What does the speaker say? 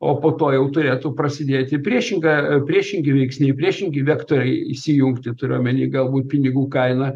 o po to jau turėtų prasidėti priešinga priešingi veiksniai priešingi vektoriai įsijungti turiu omeny galbūt pinigų kaina